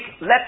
let